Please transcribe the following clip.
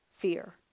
fear